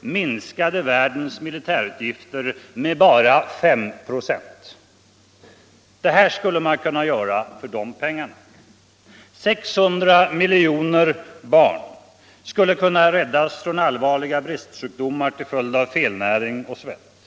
minskade världens militärutgifter med bara 5 96. Det här skulle man kunna göra för de pengarna: 600 miljoner barn skulle kunna räddas från allvarliga bristsjukdomar till följd av felnäring och svält.